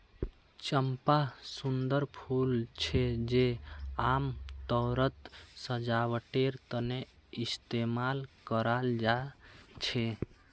चंपा सुंदर फूल छे जे आमतौरत सजावटेर तने इस्तेमाल कराल जा छे